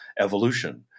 evolution